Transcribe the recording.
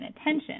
attention